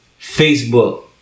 Facebook